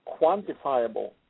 quantifiable